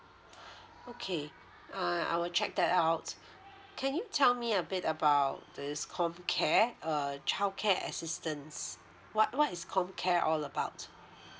okay uh I will check that out can you tell me a bit about this COMCARE uh childcare assistance what what is COMCARE all about